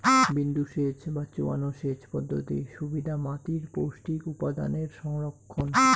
বিন্দুসেচ বা চোঁয়ানো সেচ পদ্ধতির সুবিধা মাতীর পৌষ্টিক উপাদানের সংরক্ষণ